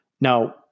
Now